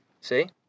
See